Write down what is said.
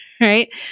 right